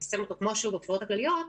אותו כמו שהוא בבחירות הכלליות,